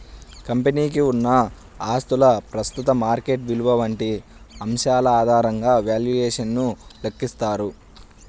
కంపెనీకి ఉన్న ఆస్తుల ప్రస్తుత మార్కెట్ విలువ వంటి అంశాల ఆధారంగా వాల్యుయేషన్ ను లెక్కిస్తారు